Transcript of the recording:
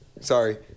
Sorry